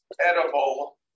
edible